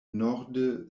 norde